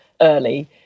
early